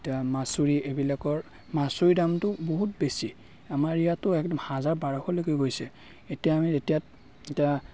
এতিয়া মাচুৰি এইবিলাকৰ মাচুৰি দামটো বহুত বেছি আমাৰ ইয়াতো একদম হাজাৰ বাৰশ লৈকে গৈছে এতিয়া আমি এতিয়াত এতিয়া